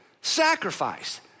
sacrifice